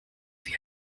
wie